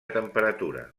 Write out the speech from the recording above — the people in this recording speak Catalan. temperatura